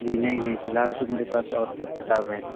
جی نہیں نہیں فی الحال تو میرے پاس اور سب کتاب ہے